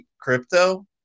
crypto